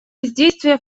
бездействия